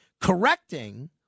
correcting